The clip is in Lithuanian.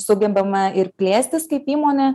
sugebame ir plėstis kaip įmonė